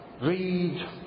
read